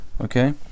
Okay